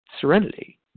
serenity